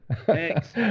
Thanks